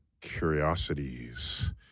Curiosities